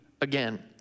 again